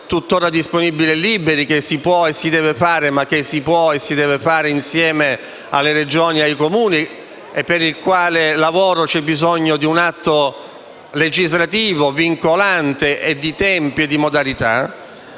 tuttora disponibili e liberi, che si può e si deve fare insieme alle Regioni e ai Comuni e per il cui lavoro c'è bisogno di un atto legislativo vincolante, nonché di tempi e di modalità.